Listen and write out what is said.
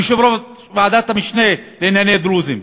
כיושב-ראש ועדת המשנה לענייני דרוזים.